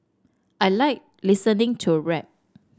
I like listening to rap